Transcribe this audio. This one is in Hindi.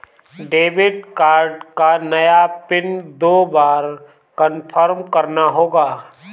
डेबिट कार्ड का नया पिन दो बार कन्फर्म करना होगा